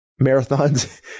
marathons